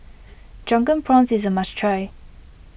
Drunken Prawns is a must try